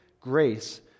grace